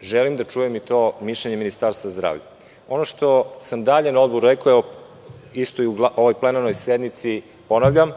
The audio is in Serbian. Želim da čujem i mišljenje i Ministarstva zdravlja. Ono što sam dalje na Odboru rekao u plenarnoj sednici ponavljam,